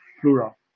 plural